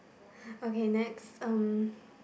okay next um